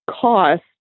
cost